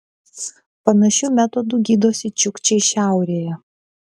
panašiu metodu gydosi čiukčiai šiaurėje